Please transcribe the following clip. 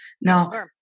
Now